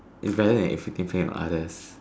it's better than inflicting pain on others